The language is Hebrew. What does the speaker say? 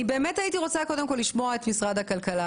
אני רוצה לשמוע את משרד הכלכלה.